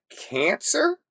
cancer